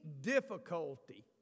difficulty